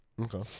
Okay